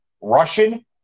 Russian